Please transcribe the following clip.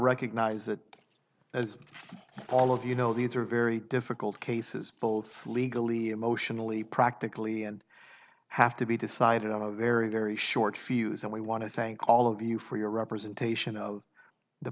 recognize that as all of you know these are very difficult cases both legally emotionally practically and have to be decided on a very very short fuse and we want to thank all of you for your representation of the